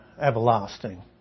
everlasting